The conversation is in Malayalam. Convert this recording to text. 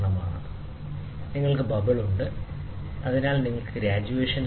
ഇത് ഇതുപോലെയാണ് നിങ്ങൾക്ക് ഒരു ബബിൾ ഉണ്ട് ശരി അതിനാൽ നിങ്ങൾക്ക് ഗ്രാജുവേഷൻസ് ഉണ്ട്